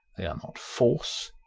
they are not force,